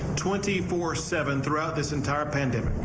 twenty four seven throughout this entire pending.